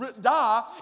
die